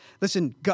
Listen